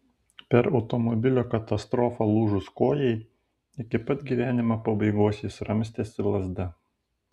per automobilio katastrofą lūžus kojai iki pat gyvenimo pabaigos jis ramstėsi lazda